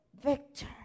Victor